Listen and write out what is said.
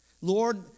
Lord